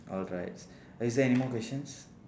alright is there anymore questions